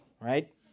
Right